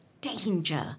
danger